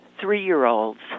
three-year-olds